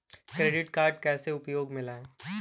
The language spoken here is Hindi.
क्रेडिट कार्ड कैसे उपयोग में लाएँ?